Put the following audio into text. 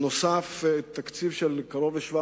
נוסף על כך העברנו תקציב של קרוב ל-700